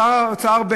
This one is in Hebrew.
שר האוצר,